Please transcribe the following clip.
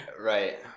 Right